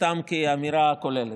סתם כאמירה כוללת.